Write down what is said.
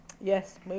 Yes